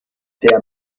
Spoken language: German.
der